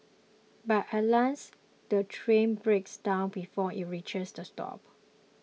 but alas the train breaks down before it reaches the stop